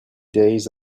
days